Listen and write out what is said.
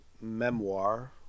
memoir